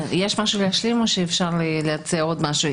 אפשר להציע עוד משהו?